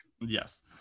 Yes